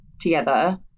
together